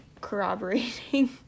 corroborating